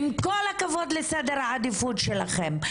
עם כל הכבוד לסדר העדיפות שלכם.